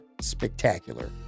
spectacular